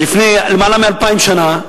לפני למעלה מ-2,000 שנה,